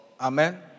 Amen